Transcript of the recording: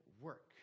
work